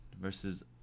versus